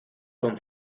con